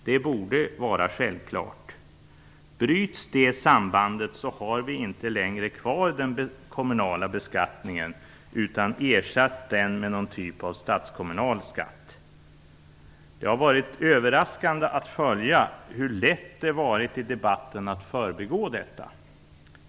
Detta borde vara självklart. Bryts det sambandet har vi inte längre kvar den kommunala beskattningen, utan vi har ersatt den med någon typ av statskommunal skatt. Det har varit överraskande att följa hur lätt det varit i debatten att förbigå detta.